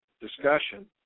discussion